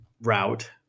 route